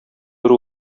бер